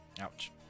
Ouch